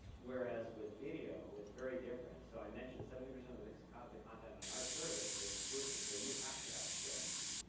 whereas with video, it's very different. so, i mentioned seventy percent of of kind of the content on our service is exclusive, so you have to have shomi.